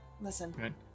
listen